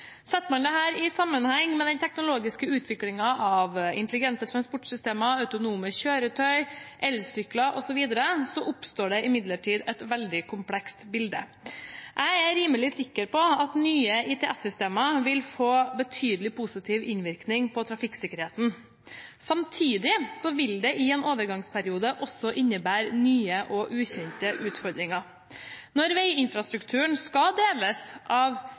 Setter man dette i sammenheng med den teknologiske utviklingen av intelligente transportsystemer, autonome kjøretøy, elsykler osv., oppstår det imidlertid et veldig komplekst bilde. Jeg er rimelig sikker på at nye ITS-systemer vil få betydelig positiv innvirkning på trafikksikkerheten. Samtidig vil det i en overgangsperiode også innebære nye og ukjente utfordringer. Når veiinfrastrukturen skal deles av